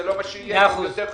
זה לא מה שיהיה אלא יותר חמור.